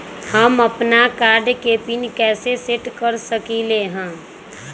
हम अपन कार्ड के पिन कैसे सेट कर सकली ह?